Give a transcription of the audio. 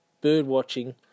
bird-watching